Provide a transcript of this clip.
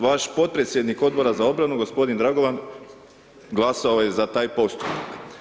Vaš potpredsjednik Odbora za obranu g. Dragovan glasao je za taj postupak.